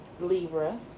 libra